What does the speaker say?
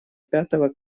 пятого